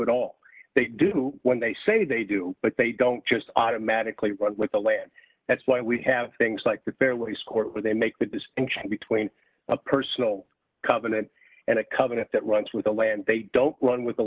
at all they do what they say they do but they don't just automatically run with the land that's why we have things like the fairly score they make the distinction between a personal covenant and a covenant that runs with the land they don't run with the